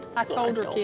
i told her,